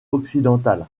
occidental